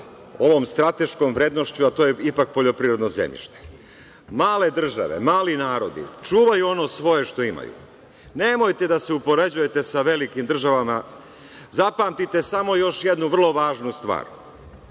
ovom strateškom vrednošću, a to je ipak poljoprivredno zemljište. Male države, mali narodi, čuvaju ono svoje što imaju. Nemojte da se upoređujete sa velikim državama. Zapamtite samo još jednu vrlo važnu stvar.